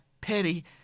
petty